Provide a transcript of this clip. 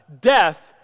death